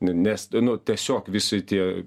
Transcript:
ne nesti nu tiesiog visi tie